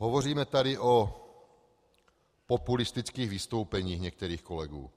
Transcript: Hovoříme tady o populistických vystoupeních některých kolegů.